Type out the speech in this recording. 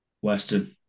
Western